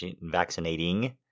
vaccinating